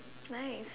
nice